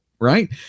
right